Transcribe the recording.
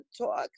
talk